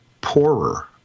poorer